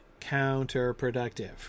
counterproductive